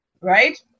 Right